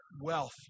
wealth